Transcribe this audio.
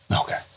Okay